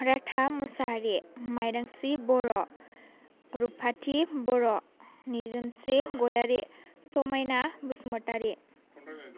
राधा मुसाहारि माइदांस्रि बर' रुफाथि बर' निजोमस्रि ग'यारि समाइना बसुमतारि